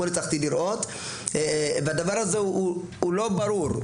הצלחתי לראות והדבר הזה הוא לא ברור,